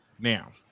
Now